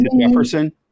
Jefferson